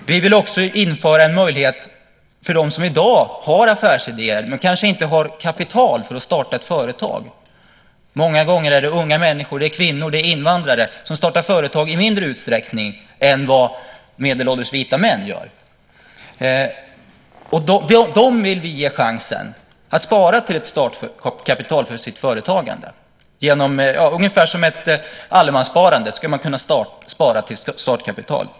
Vi vill också införa en möjlighet för dem som i dag har affärsidéer men som kanske inte har kapital för att starta ett företag. Många gånger är det unga människor, kvinnor och invandrare, som startar företag i mindre utsträckning än vad medelålders vita män gör. Dem vill vi ge chansen att spara till ett startkapital för sitt företagande. Ungefär som genom ett allemanssparande ska man kunna spara till startkapital.